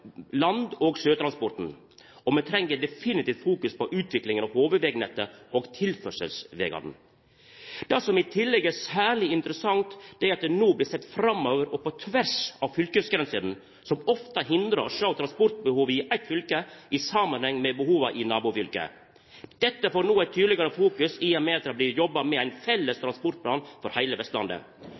land- og sjøtransporten. Og vi treng definitivt fokus på utviklinga av hovudvegnettet og tilførselsvegane. Det som i tillegg er særleg interessant, er at det no blir sett framover og på tvers av fylkesgrensene. Det at ein ikkje har gjort det, har ofte hindra ein i å sjå transportbehova i eit fylke i samanheng med behova i nabofylket. Dette får no eit tydelegare fokus i og med at det blir jobba med ein felles transportplan for heile Vestlandet.